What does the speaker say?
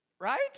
Right